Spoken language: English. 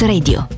Radio